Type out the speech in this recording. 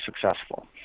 successful